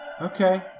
Okay